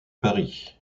paris